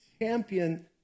champion